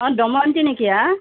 অঁ দমন্তী নেকি হা